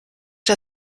der